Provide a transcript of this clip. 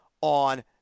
on